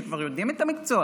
שכבר יודעים את המקצוע,